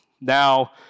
Now